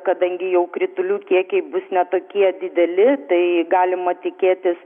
kadangi jau kritulių kiekiai bus ne tokie dideli tai galima tikėtis